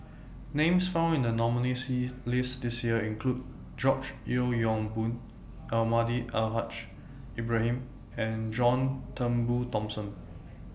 Names found in The nominees' list This Year include George Yeo Yong Boon Almahdi Al Haj Ibrahim and John Turnbull Thomson